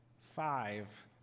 five